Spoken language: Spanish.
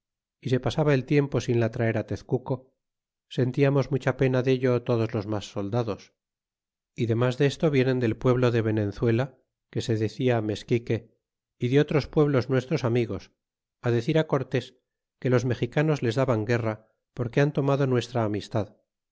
y se pasaba el tiempo sin la traer á tezcuco sentiamos mucha pena dello todos los mas soldados y demas desto vienen del pueblo de venenzuela que se decia mesquique y de otros pueblos nuestros amigos á decir cortés que los mexicanos les daban guerra porque han tomado nuestra amistad